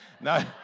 No